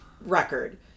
record